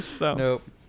nope